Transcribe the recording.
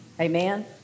Amen